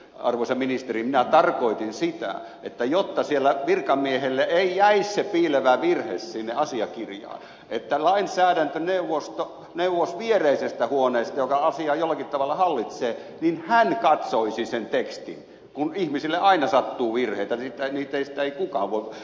arvoisa ministeri minä tarkoitin sitä että jotta virkamieheltä ei jäisi se piilevä virhe sinne asiakirjaan viereisestä huoneesta lainsäädäntöneuvos joka asiaa jollakin tavalla hallitsee katsoisi sen tekstin kun ihmisille aina sattuu virheitä niitä ei kukaan voi välttää